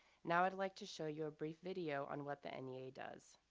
now i'd like to show you a brief video on what the and nea does.